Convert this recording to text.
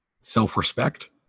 self-respect